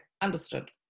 understood